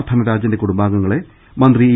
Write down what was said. ധനരാജന്റെ കുടുംബാംഗങ്ങളെ മന്ത്രി ഇ